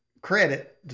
credit